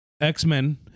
X-Men